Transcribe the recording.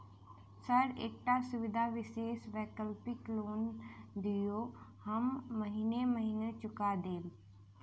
Sir एकटा सुविधा विशेष वैकल्पिक लोन दिऽ हम महीने महीने चुका देब?